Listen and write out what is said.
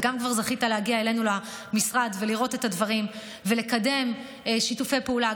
וכבר זכית להגיע אלינו למשרד ולראות את הדברים ולקדם שיתופי פעולה,